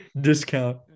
Discount